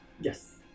Yes